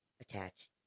attached